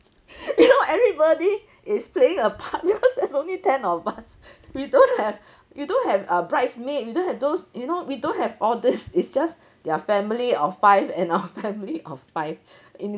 you know everybody is playing a part because there's only ten of us we don't have we don't have a bridesmaid we don't have those you know we don't have all this it's just their family of five and our family of five in